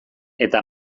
eta